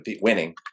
winning